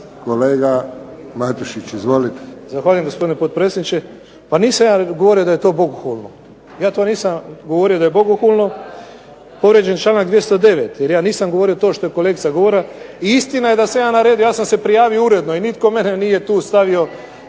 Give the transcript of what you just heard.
kolega Matušić. Izvolite.